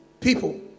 people